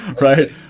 right